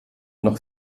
noch